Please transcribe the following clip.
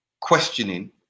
questioning